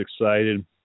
excited